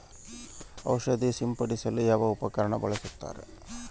ಔಷಧಿ ಸಿಂಪಡಿಸಲು ಯಾವ ಉಪಕರಣ ಬಳಸುತ್ತಾರೆ?